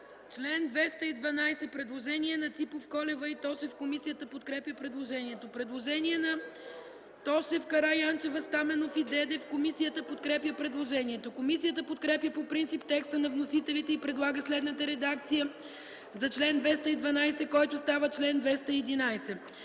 244 има предложение на Ципов, Колева и Тошев. Комисията подкрепя предложението. Предложение на Тошев, Караянчева, Стаменов и Дедев. Комисията подкрепя предложението. Комисията подкрепя по принцип текста на вносителите и предлага следната редакция за чл. 244, който става чл. 241: